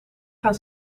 gaan